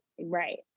right